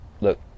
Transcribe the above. look